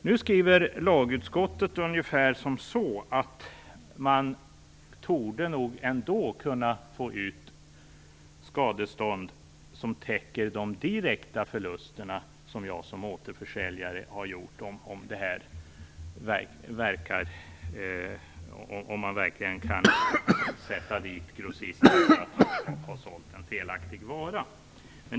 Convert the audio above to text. Nu skriver lagutskottet ungefär så här att man nog ändå torde kunna få ut skadestånd som täcker de direkta förlusterna som jag som återförsäljare har gjort om man verkligen kan sätta dit grossisten för att ha sålt en felaktig vara.